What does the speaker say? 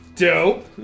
Dope